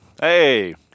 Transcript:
Hey